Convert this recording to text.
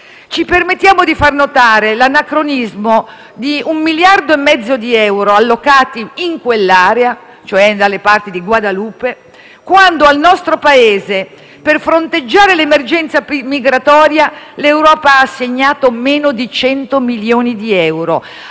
Ci permettiamo di far notare l'anacronismo di 1,5 miliardi di euro allocati in quell'area, cioè dalle parti di Guadalupe, quando al nostro Paese, per fronteggiare l'emergenza migratoria, l'Europa ha assegnato meno di 100 milioni di euro,